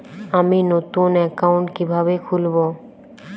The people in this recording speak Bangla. আমি নতুন অ্যাকাউন্ট কিভাবে খুলব?